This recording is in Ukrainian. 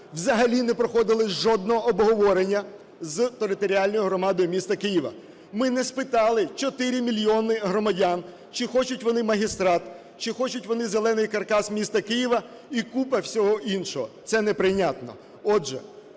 взагалі не проходили жодного обговорення з територіальною громадою міста Києва. Ми не спитали 4 мільйони громадян, чи хочуть вони магістрат, чи хочуть вони "зелений" каркас міста Києва і купа всього іншого, це неприйнятно.